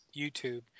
YouTube